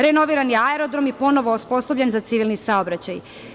Renoviran aerodrom je ponovo osposobljen za civilni saobraćaj.